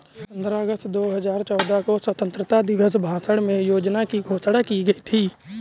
पन्द्रह अगस्त दो हजार चौदह को स्वतंत्रता दिवस भाषण में योजना की घोषणा की गयी थी